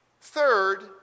Third